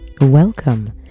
Welcome